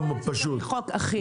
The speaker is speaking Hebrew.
צריך להיות חוק אחיד.